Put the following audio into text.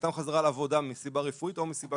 לכניסתם בחזרה לעבודה מסיבה רפואית או מסיבה